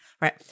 Right